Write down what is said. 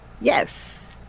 Yes